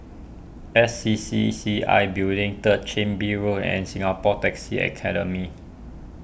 S C C C I Building Third Chin Bee Road and Singapore Taxi Academy